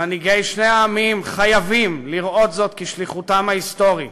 מנהיגי שני העמים חייבים לראות זאת כשליחותם ההיסטורית,